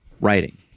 writing